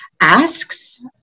asks